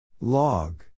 Log